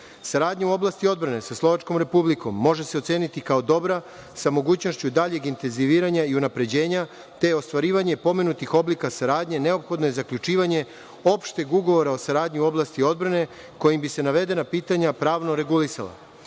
Saradnja u oblasti odbrane sa Slovačkom Republikom može se oceniti kao dobra, sa mogućnošću daljeg intenziviranja i unapređenja, te ostvarivanje pomenutih oblika saradnje, neophodno je zaključivanje opšteg ugovora o saradnji u oblasti odbrane, kojim bi se navedena pitanja pravno regulisala.